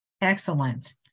Excellent